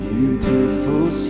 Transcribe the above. Beautiful